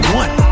one